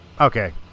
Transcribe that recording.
Okay